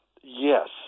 Yes